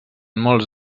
molts